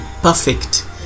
perfect